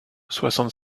soixante